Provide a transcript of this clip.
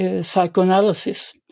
psychoanalysis